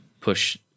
push